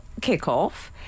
kickoff